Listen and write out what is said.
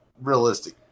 realistic